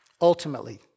ultimately